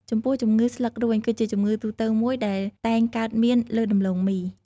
ចំពោះជំងឺស្លឹករួញ គឺជាជំងឺទូទៅមួយដែលតែងកើតមានលើដំឡូងមី។